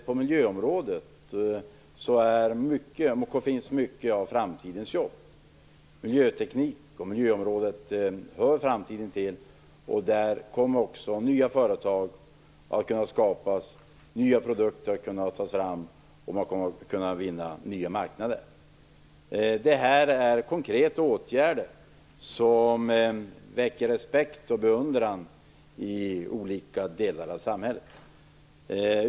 På miljöområdet finns många av framtidens jobb. Miljöteknik och miljöområdet hör framtiden till. Där kommer också nya företag att kunna skapas och nya produkter att kunna tas fram. Man kommer att kunna vinna nya marknader. Detta är konkreta åtgärder som väcker respekt och beundran i olika delar av samhället.